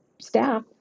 staff